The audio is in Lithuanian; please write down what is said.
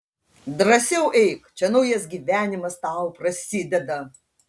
drąsiau eik čia naujas gyvenimas tau prasideda